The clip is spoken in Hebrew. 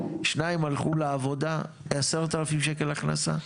שניים הלכו לעבודה 10,000 שקלים הכנסה?